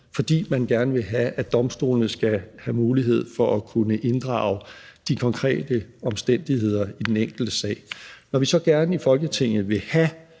fordi man gerne vil have, at domstolene skal have mulighed for at kunne inddrage de konkrete omstændigheder i den enkelte sag. Kl. 13:59 Når vi så gerne i Folketinget vil have,